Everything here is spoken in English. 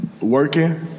working